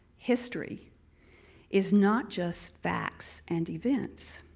history is not just facts and events.